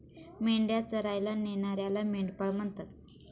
मेंढ्या चरायला नेणाऱ्याला मेंढपाळ म्हणतात